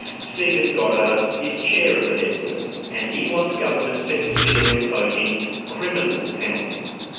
stephen goddard is chair of the network and he wants governments to consider imposing criminal penalties.